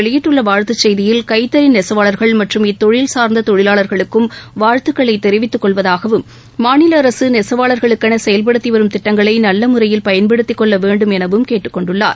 வெளியிட்டுள்ளவாழ்த்துச் செய்தியில் கைத்தறிநெசவாளர்கள் இத்தொழில் மற்றம் இன்றுஅவர் சார்ந்ததொழிலாளர்களுக்கும் வாழ்த்துக்களைதெரிவித்துக் கொள்வதாகவும் மாநிலஅரசுநெசவாளர்களுக்கெனசெயல்படுத்திவரும் திட்டங்களைநல்லமுறையில் பயன்படுத்திக் கொள்ளவேண்டும் எனவும் கேட்டுக் கொண்டுள்ளார்